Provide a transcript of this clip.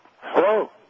Hello